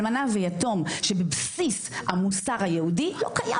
אלמנה ויתום שבבסיס המוסר היהודי לא קיים